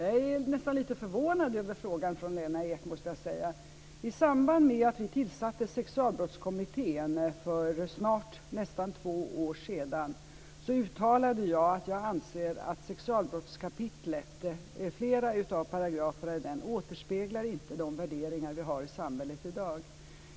Fru talman! Jag är nästan lite förvånad över frågan från Lena Ek. I samband med att vi tillsatte Sexualbrottskommittén för snart två år sedan uttalade jag att jag anser att sexualbrottskapitlet och flera av paragraferna i det inte återspeglar de värderingar vi har i samhället i dag.